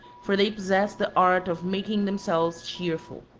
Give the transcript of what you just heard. for they possessed the art of making themselves cheerful.